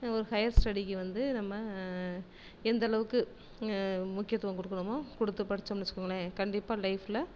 ஒரு ஹையர் ஸ்டடிக்கு வந்து நம்ம எந்தளவுக்கு முக்கியத்துவம் கொடுக்கணுமோ கொடுத்து படித்தோம்னு வச்சுக்கோங்களேன் கண்டிப்பாக லைஃப்பில்